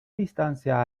distancia